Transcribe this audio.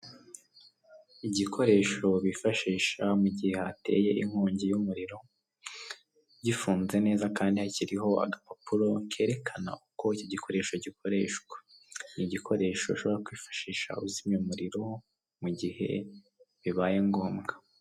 Igikoresho bifashisha mu gihe hateye inkongi y'umuriro, gifunze neza kandi hakiriho agapapuro kerekana uko iki gikoresho gikoreshwa. Ni igikoresho ushobora kwifashisha uzimya umuriro mu gihe bibaye ngombwa.